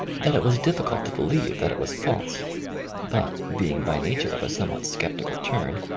that it was difficult to believe that it was false but, being by nature of a somewhat sceptical turn,